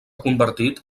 convertit